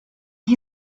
can